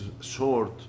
short